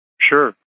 Sure